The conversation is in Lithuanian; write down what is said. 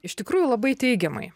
iš tikrųjų labai teigiamai